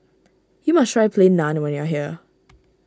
you must try Plain Naan when you are here